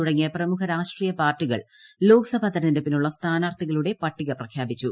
തുടങ്ങിയ പ്രമുഖ രാഷ്ട്രീയ പാർട്ടികൾ ലോക്സഭാ തെരഞ്ഞെടുപ്പിനുളള സ്ഥാനാർത്ഥികളുടെ പട്ടിക പ്രഖ്യാപിച്ചു